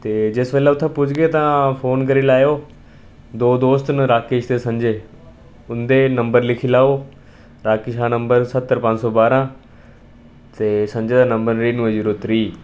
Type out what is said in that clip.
ते जिस बेल्लै उत्थै पुजगे तां फोन करी लैएओ दो दोस्त न राकेश दे संजे उं'दे नंबर लिखी लैओ राकेश दा नंबर सत्तर पंज सौ बारां ते संजे दा नंबर नड़िनुए जीरो त्रीह्